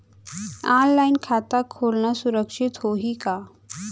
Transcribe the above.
Online खाता खोलना सुरक्षित होही का?